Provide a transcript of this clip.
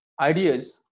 ideas